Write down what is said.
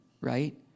right